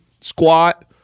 squat